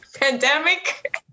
Pandemic